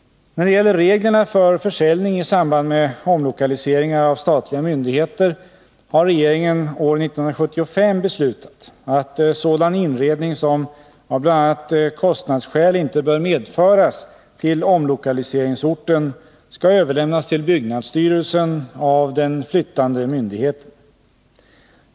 När det gäller reglerna för försäljning i samband med omlokaliseringar av statliga myndigheter har regeringen år 1975 beslutat att sådan inredning som av bl.a. kostnadsskäl inte bör medföras till omlokaliseringsorten skall överlämnas till byggnadsstyrelsen av den flyttande myndigheten.